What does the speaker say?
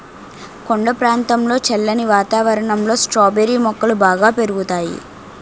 కొండ ప్రాంతంలో చల్లని వాతావరణంలో స్ట్రాబెర్రీ మొక్కలు బాగా పెరుగుతాయి